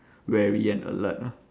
wary and alert ah